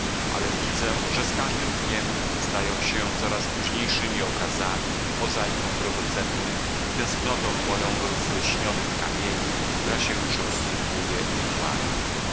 ale widzę że z każdym dniem stają się coraz luźniejszemi obrazami mozajką drogocennych tęsknotą moją rozlśnionych kamieni która się już rozsypuje i łamie